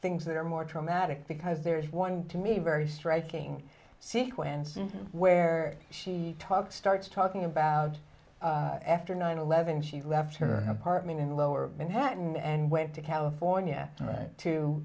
things that are more traumatic because there is one to me very striking sequence where she talks starts talking about after nine eleven she left her apartment in lower manhattan and went to california right to